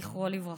זכרו לברכה.